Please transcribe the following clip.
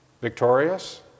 Victorious